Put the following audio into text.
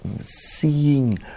seeing